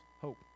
hope